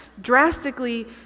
drastically